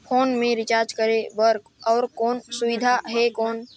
Phone मे recharge करे बर और कोनो सुविधा है कौन?